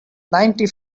ninety